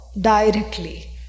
directly